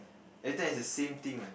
every time is the same thing eh